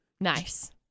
Nice